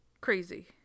crazy